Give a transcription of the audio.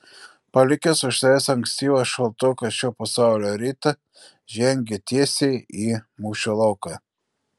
palikęs už savęs ankstyvą šaltoką šio pasaulio rytą žengė tiesiai į mūšio lauką